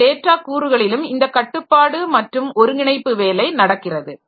சில டேட்டா கூறுகளிலும் இந்த கட்டுப்பாடு மற்றும் ஒருங்கிணைப்பு வேலை நடக்கிறது